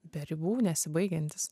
be ribų nesibaigiantis